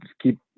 keep